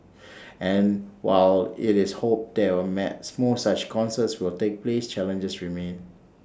and while IT is hoped that were made more such concerts will take place challenges remain